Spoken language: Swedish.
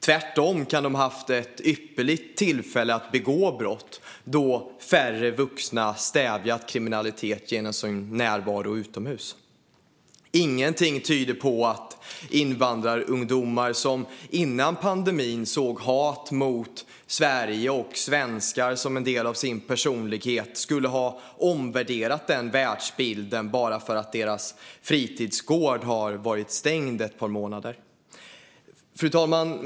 Tvärtom kan de ha haft ett ypperligt tillfälle att begå brott då färre vuxna stävjat kriminalitet genom sin närvaro utomhus. Ingenting tyder på att invandrarungdomar som före pandemin såg hat mot Sverige och svenskar som en del av sin personlighet skulle ha omvärderat den världsbilden bara för att deras fritidsgård har varit stängd ett par månader. Fru talman!